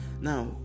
Now